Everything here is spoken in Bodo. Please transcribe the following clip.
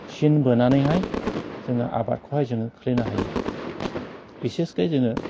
सिन बोनानैहाय जोङो आबादखौहाय जोङो खोलैनो हायो बिसेसखै जोङो